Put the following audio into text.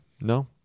no